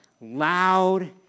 loud